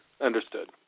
understood